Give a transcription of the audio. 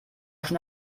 schon